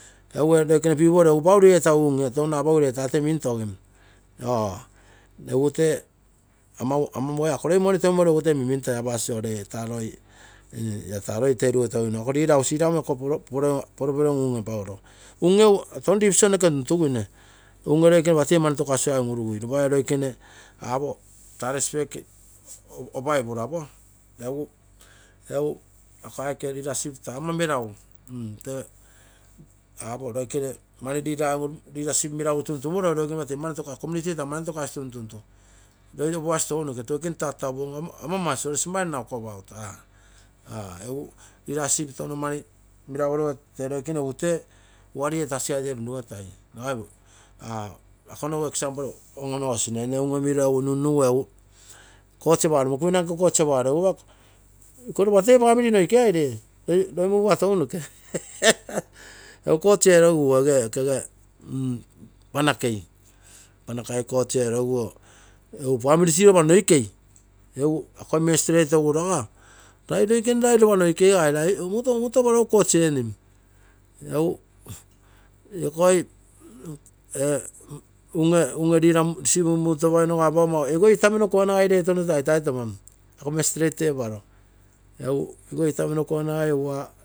Egu ee loikene pipol egu foul etagui touno apagui ree taa toi mintogin, ee egu taa ako roi money teumoru minmintagui apasi ree ako leader egu siraumo egu problem renregui unge loikene lopa tee mani tokasigai un urugui tee loikene apo taa respect opaipuro. Egu ako aike aiice leadership taa ama meragu apo loikene leadership taa ama meragu, apo loikene leadership meragu ogo loikene tee mani tokasigai loi opuasi tounoke loikene tatapuairu gui, ol hamamas na walkabout egu leadership mereguroge loikene tee wari etasigai toi un urui iko nogu eg: onogosine nne unge mino nunnugu taa mokumina nke kosi onogaro iko lopa tee family noikei ere loi mugupa tounoke, egu court erogiguo ege okege panakei family tree ogo lopa noikei egu akoi magistrate aguro ago rai roikene lopa noikeigai rai omoto aparonno court eenim egu ikoi unge leadership mumuropaino aparo mau ege itamino kuanaigai ree tono taitai toman ako magistrate teparo egu ege itamino kuanaigai